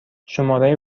شماره